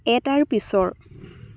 এটাৰ পিছৰ